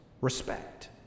respect